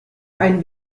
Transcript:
ein